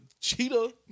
cheetah